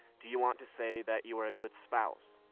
do you want to say that you were a good spouse?